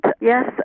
yes